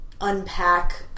unpack